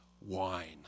wine